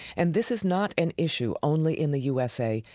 and this is not an issue only in the u s a,